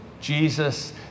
jesus